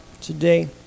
today